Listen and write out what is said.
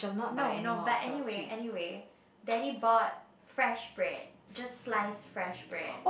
no no but anyway anyway daddy bought fresh bread just slice fresh bread